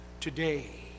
today